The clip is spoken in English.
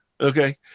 Okay